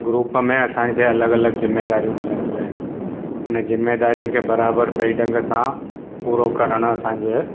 group में असांखे अलॻि अलॻि ज़िमेदारियूं मिलंदियूं आइन हुन ज़िमेदारियुनि खे बराबरि सही ढंग सां पूरो करणु असांजे